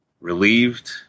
Relieved